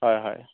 হয় হয়